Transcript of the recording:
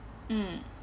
mm